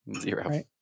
zero